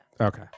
Okay